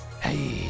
Hey